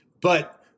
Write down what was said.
But-